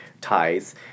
ties